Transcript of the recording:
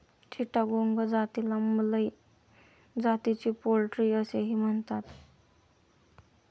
चिटागोंग जातीला मलय जातीची पोल्ट्री असेही म्हणतात